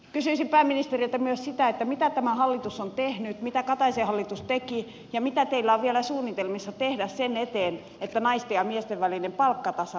kysyisin pääministeriltä myös sitä mitä tämä hallitus on tehnyt mitä kataisen hallitus teki ja mitä teillä on vielä suunnitelmissa tehdä sen eteen että naisten ja miesten välinen palkkaepätasa arvo kapenisi